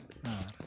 ᱟᱨ